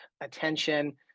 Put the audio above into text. attention